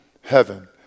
heaven